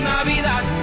Navidad